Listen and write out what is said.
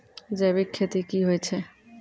जैविक खेती की होय छै?